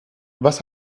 was